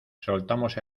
soltamos